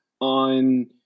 on